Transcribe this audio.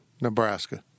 Nebraska